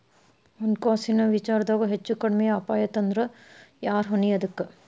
ಹಣ್ಕಾಸಿನ್ ವಿಚಾರ್ದಾಗ ಹೆಚ್ಚು ಕಡ್ಮಿ ಅಪಾಯಾತಂದ್ರ ಯಾರ್ ಹೊಣಿ ಅದಕ್ಕ?